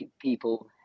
people